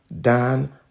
Dan